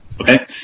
okay